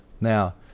Now